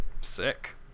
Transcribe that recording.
sick